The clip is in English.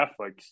Netflix